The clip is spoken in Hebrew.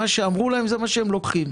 מה שאמרו להם זה מה שהם לוקחים.